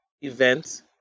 events